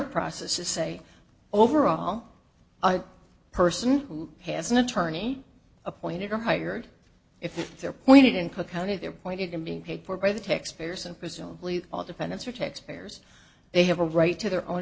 process to say overall a person who has an attorney appointed or hired they're pointed in cook county they're pointed to being paid for by the taxpayers and presumably all dependents are taxpayers they have a right to their own